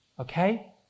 Okay